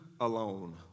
alone